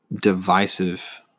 divisive